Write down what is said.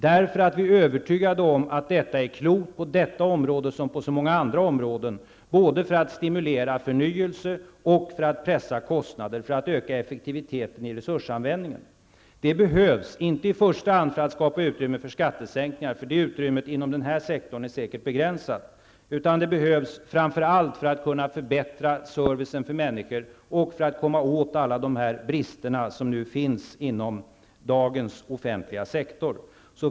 Vi är nämligen övertygade om att detta är klokt att göra på detta område liksom på så många andra områden, både i syfte att stimulera förnyelse och för att pressa kostnader, för att öka effektiviteten i resursanvändningen. Detta är nödvändigt inte i första hand för att skapa utrymme för skattesänkningar -- detta utrymme inom denna sektor är säkert begränsat -- utan framför allt för att göra det möjligt att förbättra servicen till människor och för att komma åt alla de brister som finns inom dagens offentliga sektor.